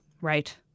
Right